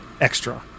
extra